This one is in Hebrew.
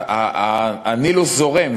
הנילוס זורם,